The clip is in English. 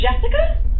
Jessica